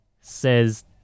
says